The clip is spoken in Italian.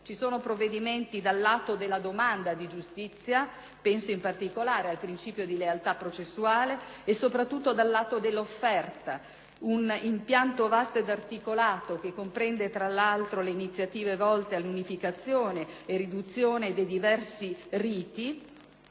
Ci sono provvedimenti dal lato della domanda di giustizia, penso in particolare al principio di lealtà processuale, e soprattutto dal lato dell'offerta; un impianto vasto ed articolato che comprende, tra l'altro, le iniziative volte all'unificazione e riduzione dei diversi riti